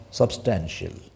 substantial